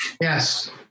Yes